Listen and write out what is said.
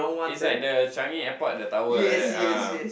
it's like the Changi-Airport the tower like that ah